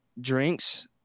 drinks